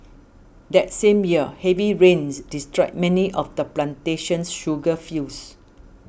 that same year heavy rains destroyed many of the plantation's sugar fields